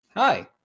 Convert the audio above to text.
Hi